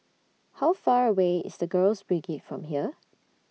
How Far away IS The Girls Brigade from here